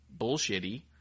bullshitty